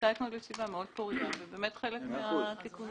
אתמול הייתה ישיבה פורייה מאוד ובאמת חלק מן התיקונים התקבלו.